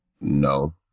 No